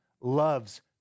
loves